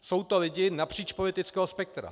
Jsou to lidi napříč politického spektra.